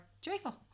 Joyful